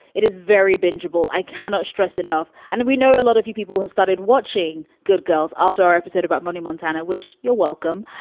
it is very bingy. i cannot stress enough. and we know a lot of you people have started watching good girls after our episode about money montana, which. you're welcome.